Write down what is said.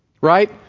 right